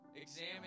examine